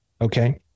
Okay